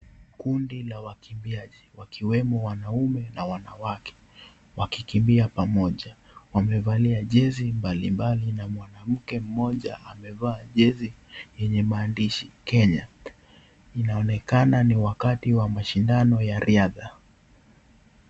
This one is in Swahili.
Kundi la wakimbiaji wakiwa wanaume na wanawake wakikimbia pamoja. Wamevalia jezi mbali mbali na mwanamke mmoja amevaa jezi yenye maandishi kenya. Inaonekana ni wakati wa mashindano ya riadha.